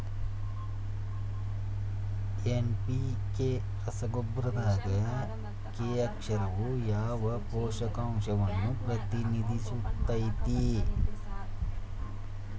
NPK ರಸಗೊಬ್ಬರದಾಗ K ಅಕ್ಷರವು ಯಾವ ಪೋಷಕಾಂಶವನ್ನ ಪ್ರತಿನಿಧಿಸುತೈತ್ರಿ?